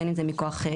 בין אם זה מכוח הסמכות,